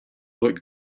looked